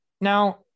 Now